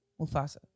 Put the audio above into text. Mufasa